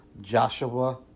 Joshua